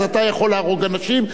אז אתה יכול להרוג אנשים,